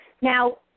Now